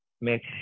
make